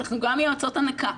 אנחנו גם יועצות הנקה.